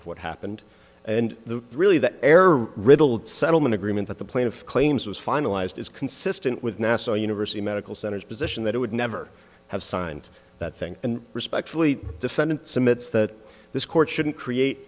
of what happened and the really that error riddled settlement agreement that the plaintiff claims was finalized is consistent with nassau university medical center position that it would never have signed that thing and respectfully defendant summits that this court shouldn't create